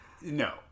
No